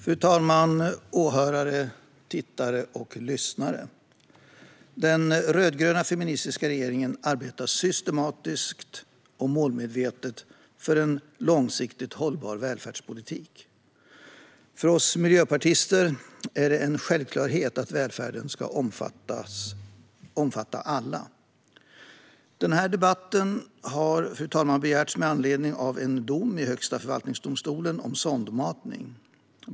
Fru talman, åhörare, tittare och lyssnare! Den rödgröna feministiska regeringen arbetar systematiskt och målmedvetet för en långsiktigt hållbar välfärdspolitik. För oss miljöpartister är det en självklarhet att välfärden ska omfatta alla. Den här debatten har begärts med anledning av en dom i Högsta förvaltningsdomstolen om sondmatning.